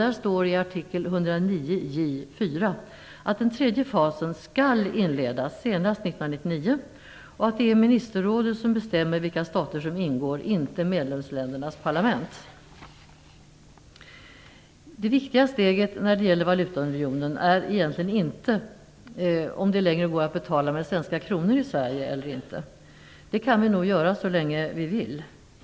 Där står i Artikel och att det är ministerrådet som bestämmer vilka stater som ingår, inte medlemsländernas parlament. Det viktiga steget när det gäller valutaunionen är egentligen inte om det längre går att betala med svenska kronor i Sverige eller inte. Det kan vi nog göra så länge vi vill.